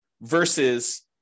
versus